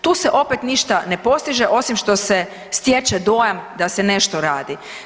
Tu se opet ništa ne postiže osim što se stječe dojam da se nešto radi.